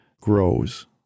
grows